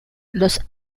los